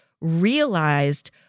realized